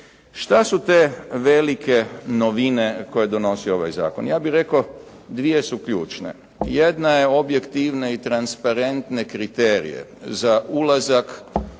Što su te velike novine koje donosi ovaj Zakon? Ja bih rekao dvije su ključne. Jedna je objektivne i transparentne kriterije za ulazak